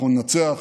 אנחנו ננצח,